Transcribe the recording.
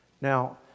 Now